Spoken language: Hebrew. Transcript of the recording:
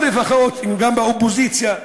או לפחות באופוזיציה,